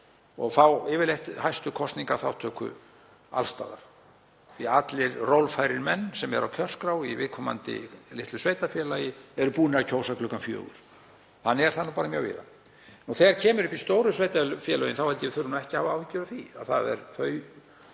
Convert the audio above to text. og fá yfirleitt hæstu kosningaþátttöku alls staðar því allir rólfærir menn sem eru á kjörskrá í viðkomandi litlu sveitarfélagi eru búnir að kjósa klukkan fjögur. Þannig er það nú bara mjög víða. Þegar slíkt kemur upp í stóru sveitarfélögunum þá held ég að við þurfum